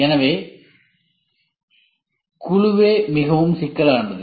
எனவே குழுவே மிகவும் சிக்கலானது